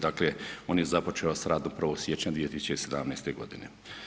Dakle on je započeo s radom 1. siječnja 2017. godine.